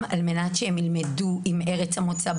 על מנת שהם ילמדו ב-זום עם ארץ המוצא,